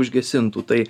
užgesintų tai